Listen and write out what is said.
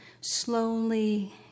slowly